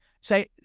say